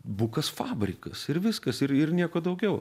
bukas fabrikas ir viskas ir ir nieko daugiau